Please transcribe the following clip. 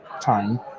time